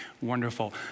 wonderful